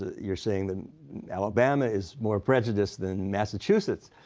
you're saying that alabama is more prejudiced than massachusetts.